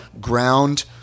Ground